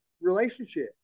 relationship